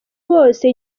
bose